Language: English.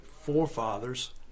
forefathers